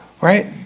right